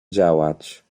działać